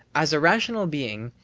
as a rational being,